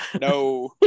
No